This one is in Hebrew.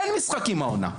אין יותר משחקים העונה.